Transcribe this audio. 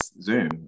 Zoom